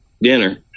dinner